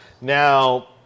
Now